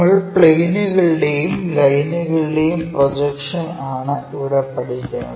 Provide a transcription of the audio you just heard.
നമ്മൾ പ്ലെയിനുകളുടെയും ലൈനുകളുടെയും പ്രൊജക്ഷൻ ആണ് ഇവിടെ പഠിക്കുന്നത്